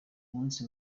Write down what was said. munsi